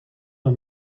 een